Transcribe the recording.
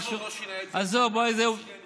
אנשים שלא כל כך רוצים בקיומה של המדינה,